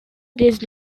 days